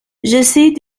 j’essaie